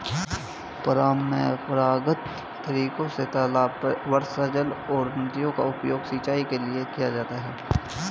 परम्परागत तरीके से तालाब, वर्षाजल और नदियों का उपयोग सिंचाई के लिए किया जाता है